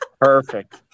Perfect